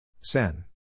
Sen